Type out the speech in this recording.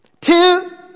Two